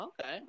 Okay